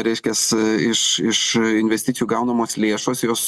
reiškias iš iš investicijų gaunamos lėšos jos